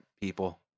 people